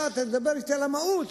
אתה תדבר אתי על המהות,